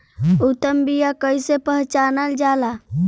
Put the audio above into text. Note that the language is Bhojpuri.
उत्तम बीया कईसे पहचानल जाला?